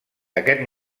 aquest